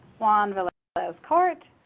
juan velez velez court,